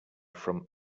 front